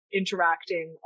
interacting